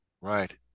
Right